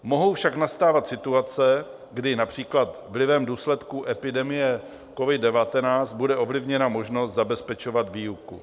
Mohou však nastávat situace, kdy například vlivem důsledků epidemie covid19 bude ovlivněna možnost zabezpečovat výuku.